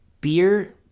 beer